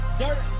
dirt